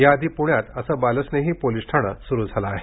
या आधी पण्यात असं बालस्नेही पोलीस ठाणं सुरू झालं आहे